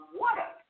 water